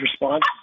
response